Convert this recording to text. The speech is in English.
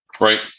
Right